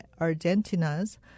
Argentina's